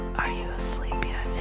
are you asleep yet?